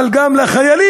אבל גם לחיילים,